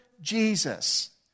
Jesus